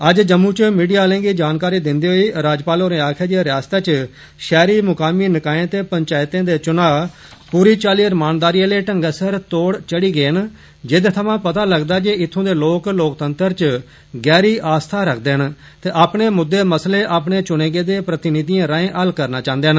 अज्ज जम्मू च मीडिया आलें गी जानकारी दिन्दे होई गवर्नर होरें आक्खेआ जे रयासतै च पैहरी मकामी निकाए ते पंचैतें दे चुना पूरी चाल्ली रमानदारी आले ढंगै सिर तोड़ चढ़ी गे न जेदे थमां पतां लगदा ऐ जे इत्थू दे लोक लोकतंत्र च गैहरी आस्था रखदे न ते अपने मुद्दे मसले अपने चुने गेदे प्रतिनिधिएं राएं हल्ल करना चाहन्दे न